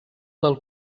del